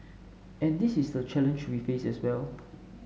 and this is the challenge we faces as well